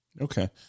Okay